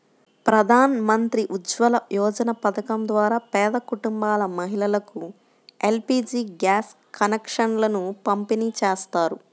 ప్రధాన్ మంత్రి ఉజ్వల యోజన పథకం ద్వారా పేద కుటుంబాల మహిళలకు ఎల్.పీ.జీ గ్యాస్ కనెక్షన్లను పంపిణీ చేస్తారు